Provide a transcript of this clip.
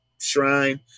shrine